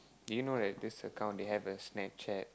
you know right this account they have a Snapchat